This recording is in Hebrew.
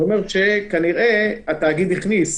זה אומר שכנראה התאגיד הכניס,